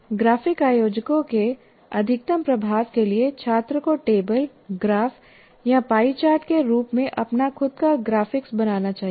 graphic आयोजकों के अधिकतम प्रभाव के लिए छात्र को टेबल ग्राफ या पाई चार्ट के रूप में अपना खुद का ग्राफिक्स बनाना चाहिए